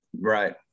Right